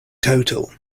total